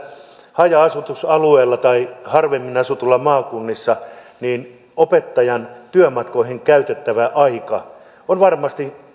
haja asutusalueilla tai harvemmin asutuissa maakunnissa opettajan työmatkoihin käytettävä aika on varmasti